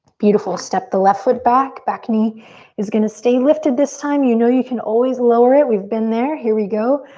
beautiful, step the left foot back. back knee is gonna stay lifted this time. you know you can always lower it, we've been there. here we go.